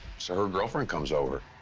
so her girlfriend comes over,